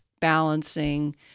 balancing